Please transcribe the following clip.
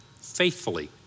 faithfully